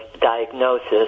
diagnosis